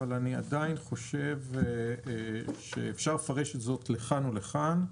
אבל אני עדיין חושב שאפשר לפרש זאת לכאן ולכאן.